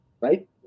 right